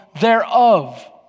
thereof